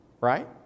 right